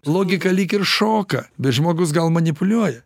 logika lyg ir šoka bet žmogus gal manipuliuoja